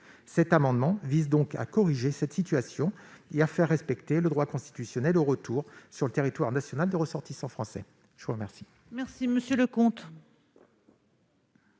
Cet amendement vise à corriger cette situation et à faire respecter le droit constitutionnel au retour sur le territoire national des ressortissants français. L'amendement